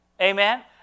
Amen